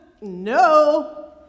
no